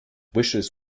wishes